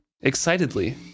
excitedly